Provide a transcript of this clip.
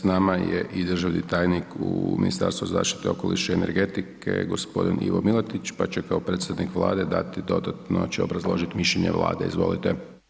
S nama je i državni tajnik u Ministarstvu zaštite okoliša i energetike, g. Ivo Milatić pa će kao predstavnik Vlade dati dodatno će obrazložiti mišljenje Vlade, izvolite.